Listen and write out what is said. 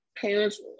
parents